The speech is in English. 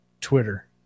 twitter